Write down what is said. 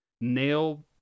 nail